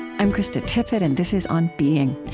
i'm krista tippett, and this is on being,